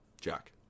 Jack